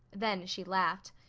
then she laughed.